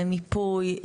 למיפוי,